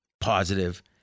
positive